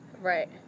Right